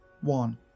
One